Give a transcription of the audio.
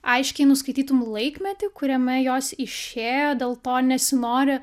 aiškiai nuskaitytum laikmetį kuriame jos išėjo dėl to nesinori